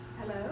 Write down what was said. Hello